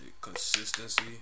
consistency